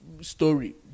story